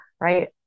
right